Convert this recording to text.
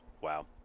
Wow